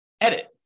edit